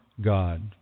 God